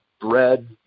bread